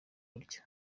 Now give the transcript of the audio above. burya